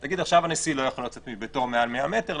ותגיד: עכשיו הנשיא לא יכול לצאת מביתו מעל מאה מטר,